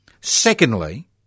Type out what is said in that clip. Secondly